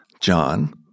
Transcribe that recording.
John